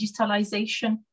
digitalization